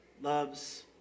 loves